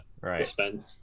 right